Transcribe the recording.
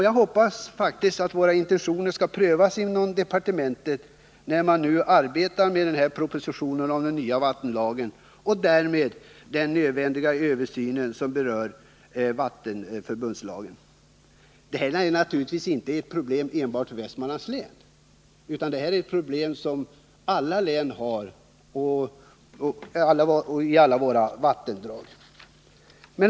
Jag hoppas faktiskt att våra intentioner skall prövas inom departementet, när man arbetar med propositionen om den nya vattenlagen och i samband därmed gör den nödvändiga översynen av vattenförbundslagen. Det här är naturligtvis inte ett problem enbart för Västmanlands län, utan ett problem som finns i alla län och berör alla våra vattendrag.